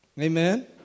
Amen